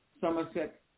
Somerset